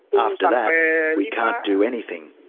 after that we can't do anything.